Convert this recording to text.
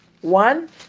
One